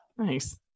nice